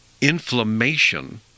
inflammation